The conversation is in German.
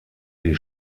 die